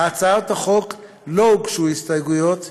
להצעת החוק לא הוגשו הסתייגויות,